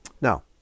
Now